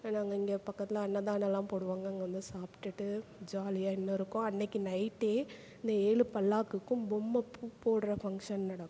ஏன்னா அங்கே இங்கே பக்கத்தில் அன்னதானம்லாம் போடுவாங்க இங்கே வந்து சாப்பிட்டுட்டு ஜாலியாக இன்னும் இருக்கும் அன்றைக்கு நைட்டே இந்த ஏழு பல்லாக்குக்கும் பொம்மை பூ போடுற ஃபங்க்ஷன் நடக்கும்